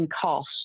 cost